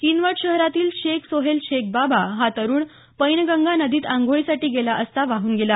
किनवट शहरातील शेख सोहेल शेख बाबा हा तरुण पैनगंगा नदीत आंघोळीसाठी गेला असता वाहून गेला